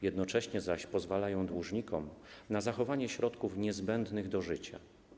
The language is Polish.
Jednocześnie zaś pozwalają dłużnikom na zachowanie środków niezbędnych do życia.